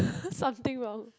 something wrong